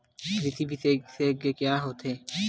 कृषि विशेषज्ञ का होथे?